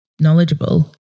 knowledgeable